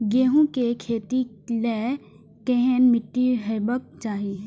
गेहूं के खेतीक लेल केहन मीट्टी हेबाक चाही?